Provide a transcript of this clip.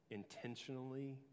intentionally